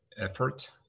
effort